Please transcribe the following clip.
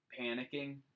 panicking